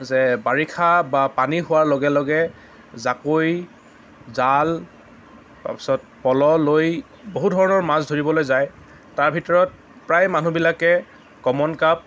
যে বাৰিষা বা পানী হোৱাৰ লগে লগে জাকৈ জাল তাৰ পিছত পল' লৈ বহু ধৰণৰ মাছ ধৰিবলৈ যায় তাৰ ভিতৰত প্ৰায় মানুহবিলাকে কমন কাপ